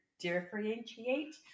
Differentiate